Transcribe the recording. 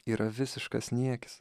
yra visiškas niekis